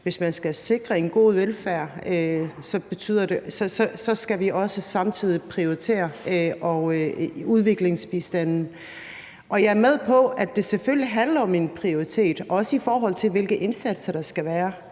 hvis man skal sikre en god velfærd, skal vi også samtidig prioritere udviklingsbistanden. Jeg er med på, at det selvfølgelig handler om en prioritering, også i forhold til hvilke indsatser der skal være,